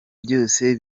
byose